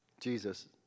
Jesus